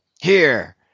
Here